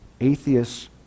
atheists